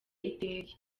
iteye